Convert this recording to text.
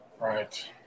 right